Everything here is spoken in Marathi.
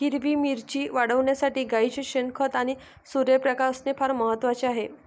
हिरवी मिरची वाढविण्यासाठी गाईचे शेण, खत आणि सूर्यप्रकाश असणे फार महत्वाचे आहे